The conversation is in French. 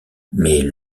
mais